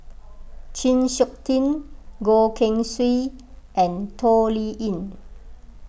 Chng Seok Tin Goh Keng Swee and Toh Liying